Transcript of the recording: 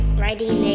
writing